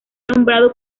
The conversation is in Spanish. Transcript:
nombrado